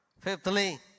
Fifthly